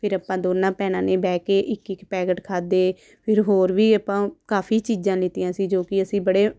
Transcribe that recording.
ਫਿਰ ਆਪਾਂ ਦੋਨਾਂ ਭੈਣਾਂ ਨੇ ਬਹਿ ਕੇ ਇੱਕ ਇੱਕ ਪੈਕਟ ਖਾਧੇ ਫਿਰ ਹੋਰ ਵੀ ਆਪਾਂ ਕਾਫ਼ੀ ਚੀਜ਼ਾਂ ਲਿੱਤੀਆਂ ਸੀ ਜੋ ਕਿ ਅਸੀਂ ਬੜੇ